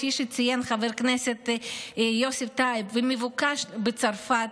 כפי שציין חבר כנסת יוסף טייב, ומבוקש בצרפת,